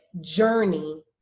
journey